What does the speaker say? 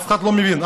אף אחד לא מבין.